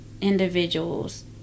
individuals